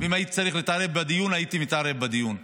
ואם הייתי צריך להתערב בדיון, הייתי מתערב בדיון.